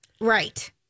Right